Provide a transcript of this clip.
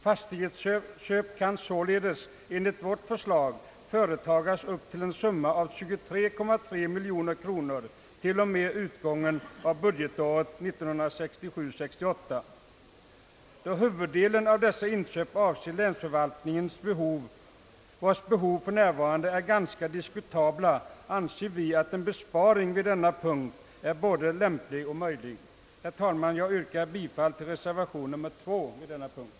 Fastighetsköp kan således enligt vårt förslag företas för en summa av 23,3 miljoner kronor till och med utgången av budgetåret 1967/68. Då huvuddelen av dessa inköp avser länsförvaltningens behov, som för närvarande är ganska diskutabla, anser vi, att en besparing vid denna punkt är både lämplig och möjlig. Herr talman! Jag yrkar bifall till reservationen vid denna punkt.